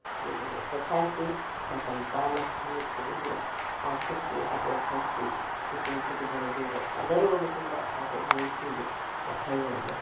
ꯌꯣꯒꯒꯤ ꯑꯦꯛꯁꯔꯁꯥꯏꯁꯁꯤ ꯃꯇꯝꯆꯥꯅ ꯅꯨꯃꯤꯠ ꯈꯨꯗꯤꯡꯒꯤ ꯄꯥꯡꯊꯣꯛꯀꯦ ꯍꯥꯏꯕ ꯋꯥꯈꯜꯁꯤ ꯃꯤꯄꯨꯝ ꯈꯨꯗꯤꯡꯃꯛꯅ ꯌꯣꯒ ꯁꯥꯟꯅꯔꯨꯔꯕ ꯃꯇꯨꯡꯗ ꯐꯥꯎꯔꯛꯄ ꯃꯤꯑꯣꯏꯁꯤꯡꯒꯤ ꯋꯥꯈꯜꯂꯣꯟꯅꯤ